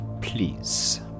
please